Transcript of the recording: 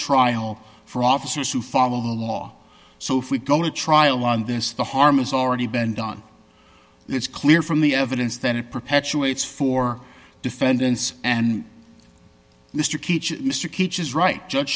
trial for officers who follow the law so if we go to trial on this the harm has already been done it's clear from the evidence that it perpetuates for defendants and mr keach mr keach is right judge